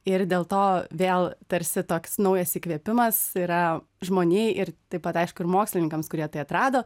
ir dėl to vėl tarsi toks naujas įkvėpimas yra žmonijai ir taip pat aišku ir mokslininkams kurie tai atrado